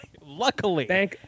Luckily